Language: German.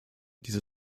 diese